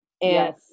Yes